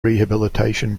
rehabilitation